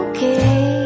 Okay